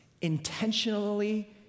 intentionally